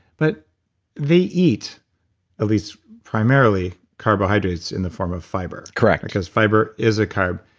but they eat at least primarily carbohydrates in the form of fiber correct because fiber is a carb.